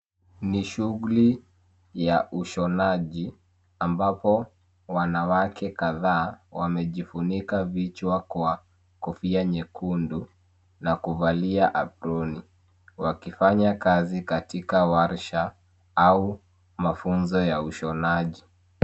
Ni shughuli ya ushonaji ambapo wanawake kadhaa wamejifunika vichwa kwa kofia nyekundu na kuvalia aproni wakifanya kazi katika warsha au mafunzo ya ushonaji.